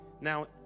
Now